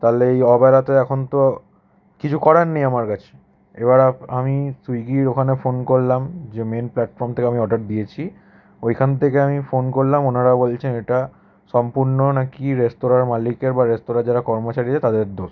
তাহলে এই অবেলা তো এখন তো কিছু করার নেই আমার কাছে এবার আমি সুইগির ওখানে ফোন করলাম যে মেন প্ল্যাটফর্ম থেকে আমি অর্ডার দিয়েছি ওইখান তেকে আমি ফোন করলাম ওনারা বলছেন এটা সম্পূর্ণ নাকি রেস্তোরাঁর মালিকের বা রেস্তোরাঁর যারা কর্মচারী তাদের দোষ